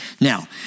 Now